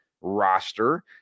roster